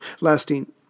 lasting